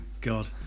God